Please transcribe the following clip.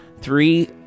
Three